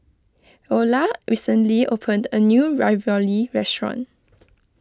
Eola recently opened a new Ravioli restaurant